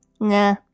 Nah